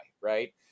right